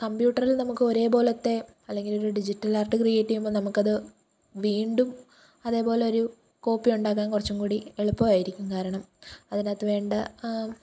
കമ്പ്യൂട്ടറിൽ നമുക്ക് ഒരേ പോലത്തെ അല്ലെങ്കില് ഡിജിറ്റൽ ആര്ട്ട് ക്രിയേറ്റ് ചെയ്യുമ്പോൾ നമുക്കത് വീണ്ടും അതേപോലൊരു കോപ്പിയുണ്ടാക്കാൻ കുറച്ചും കൂടി എളുപ്പമായിരിക്കും കാരണം അതിനകത്തു വേണ്ട